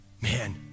man